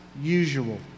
usual